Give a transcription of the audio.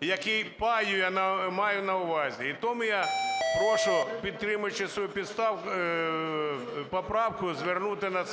який пай має на увазі. І тому я прошу, підтримуючи свою поправку, звернути на